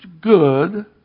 good